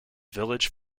village